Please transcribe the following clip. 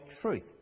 truth